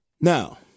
Now